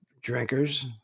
drinkers